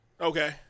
Okay